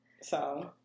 so-